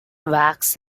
wax